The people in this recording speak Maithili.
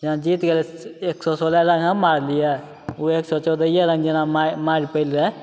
जेना जीति गेलिए एक सओ सोलह रन हम मारलिए ओ एक सओ चौदहे रन जेना मा मारि पएलै